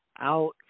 out